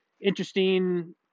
interesting